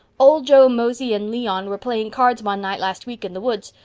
old joe mosey and leon were playing cards one nite last week in the woods.